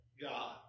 God